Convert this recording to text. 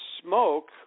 smoke